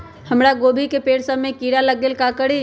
हमरा गोभी के पेड़ सब में किरा लग गेल का करी?